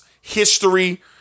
history